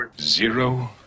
zero